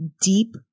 deep